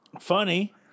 Funny